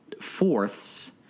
fourths